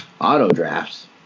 Auto-drafts